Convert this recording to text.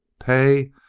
pay?